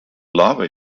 larvae